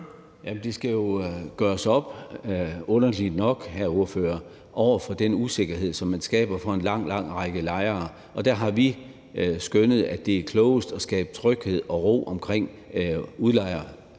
hr. Lars Boje Mathiesen – i forhold til den usikkerhed, som man skaber for en lang, lang række lejere. Og der har vi skønnet, at det er klogest at skabe tryghed og ro omkring lejernes